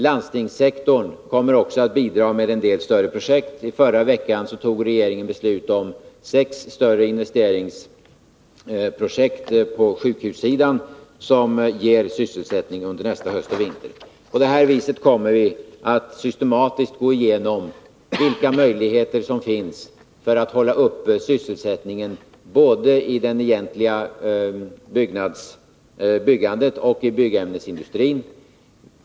Landstingssektorn kommer också att bidra med en del större projekt. Förra veckan fattade regeringen beslut om sex större investeringprojekt på sjukhussidan som ger sysselsättning under nästa höst och vinter. att förhindra ökad arbetslöshet inom byggnadsindustrin På det här viset kommer vi att systematiskt gå igenom vilka möjligheter som finns när det gäller att hålla uppe sysselsättningen både i det egentliga byggandet och inom byggämnesindustrin.